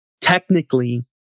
Technically